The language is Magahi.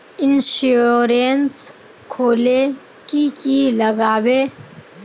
इंश्योरेंस खोले की की लगाबे?